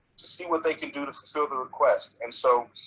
to see what they can do to fulfill the request. and so